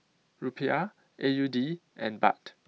Rupiah A U D and Baht